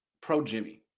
pro-Jimmy